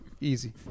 easy